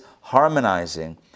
harmonizing